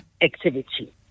activity